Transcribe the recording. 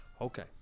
Okay